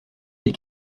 des